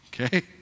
Okay